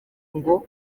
ngo